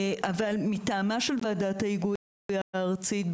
אבל מטעמה של ועדת ההיגוי הארצית,